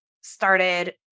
started